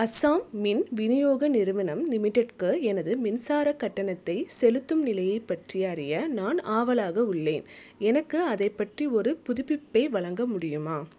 அசாம் மின் விநியோக நிறுவனம் லிமிடெட்க்கு எனது மின்சாரக் கட்டணத்தை செலுத்தும் நிலையை பற்றி அறிய நான் ஆவலாக உள்ளேன் எனக்கு அதைப் பற்றி ஒரு புதுப்பிப்பை வழங்க முடியுமா